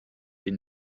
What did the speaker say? den